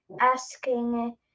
asking